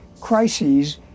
crises